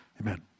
Amen